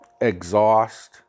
exhaust